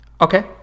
Okay